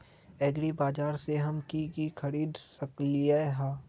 एग्रीबाजार से हम की की खरीद सकलियै ह?